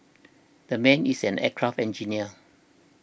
the man is an aircraft engineer